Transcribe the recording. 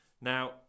Now